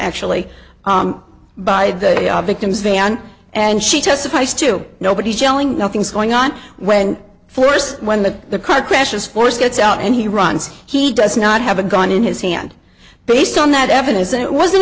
actually by the victim's van and she testifies to nobody telling nothing's going on when force when the the car crashes force gets out and he runs he does not have a gun in his hand based on that evidence it wasn't